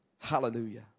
Hallelujah